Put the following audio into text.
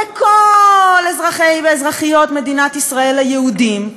לכל אזרחי ואזרחיות מדינת ישראל היהודים,